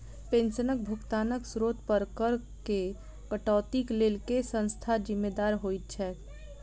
पेंशनक भुगतानक स्त्रोत पर करऽ केँ कटौतीक लेल केँ संस्था जिम्मेदार होइत छैक?